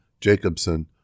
Jacobson